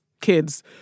kids